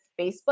Facebook